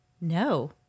No